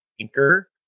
Anchor